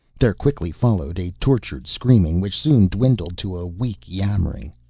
there quickly followed a tortured screaming, which soon dwindled to a weak yammering.